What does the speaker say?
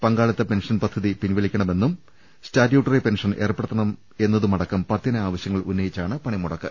പങ്കാളിത്ത പെൻഷൻ പദ്ധതി പിൻവലിക്കണമെന്നും സ്റ്റാറ്റ്യൂട്ടറി പെൻഷൻ ഏർപ്പെ ടുത്തണമെന്നതുമടക്കം പത്തിന ആവശ്യങ്ങൾ ഉന്നയിച്ചാണ് പണിമുടക്ക്